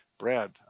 Brad